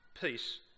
peace